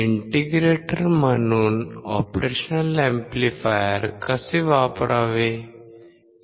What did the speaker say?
integrator म्हणून operational amplifier कसे वापरावे